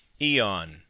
Eon